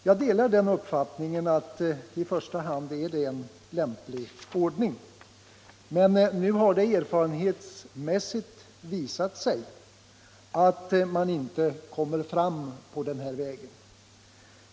Jag delar uppfattningen att det är en lämplig ordning, men nu har det erfarenhetsmässigt visat sig att man inte kommer fram på den vägen.